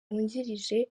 wungirije